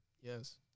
Yes